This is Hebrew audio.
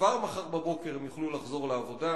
כבר מחר בבוקר הם יוכלו לחזור לעבודה,